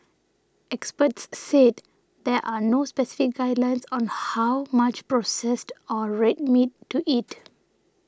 experts said there are no specific guidelines on how much processed or red meat to eat